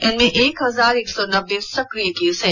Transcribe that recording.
इनमें एक हजार एक सौ नब्बे सक्रिय केस हैं